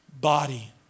body